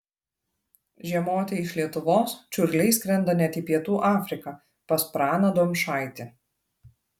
žiemoti iš lietuvos čiurliai skrenda net į pietų afriką pas praną domšaitį